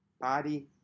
body